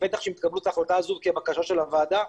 ובטח שאם תקבלו החלטה כזאת ותהיה בקשה של הוועדה,